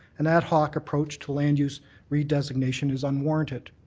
an ad hoc approach to land use redesignation is unwarranted.